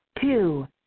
Two